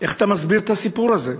איך אתה מסביר את הסיפור הזה?